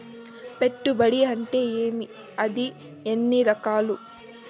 పెట్టుబడి అంటే ఏమి అది ఎన్ని రకాలు